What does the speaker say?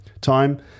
Time